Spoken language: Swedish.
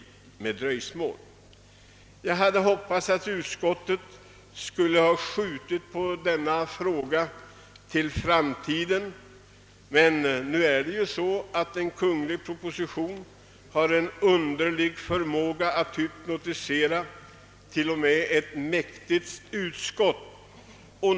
Jag hade hoppats att utskottet skulle ha skjutit på denna fråga till framtiden, men en kungl. proposition har en underlig förmåga att hypnotisera till och med ett mäktigt utskott.